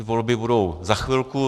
Volby budou za chvilku.